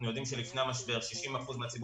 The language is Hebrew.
אנחנו יודעים שלפני המשבר 60% מהציבור